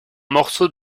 morceau